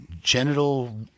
genital